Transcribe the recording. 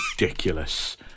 ridiculous